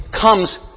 comes